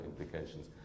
implications